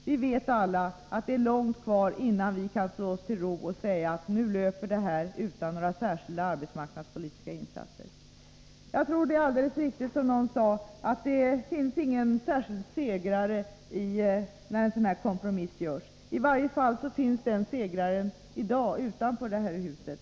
Vi vet alla att det är långt kvar innan vi kan slå oss till ro och säga att det hela löper utan några särskilda arbetsmarknadspolitiska insatser. Jag tror att det är alldeles riktigt, som någon sade, att det inte finns någon segrare när en sådan här kompromiss görs. Segraren finns i dag i så fall utanför det här huset.